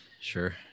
Sure